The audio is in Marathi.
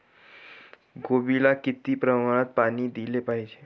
कोबीला किती प्रमाणात पाणी दिले पाहिजे?